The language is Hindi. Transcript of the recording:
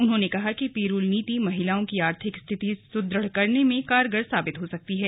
उन्होंने कहा कि पिरूल नीति महिलाओं की आर्थिक स्थिति सुदृढ़ करने में कारगर साबित हो सकती है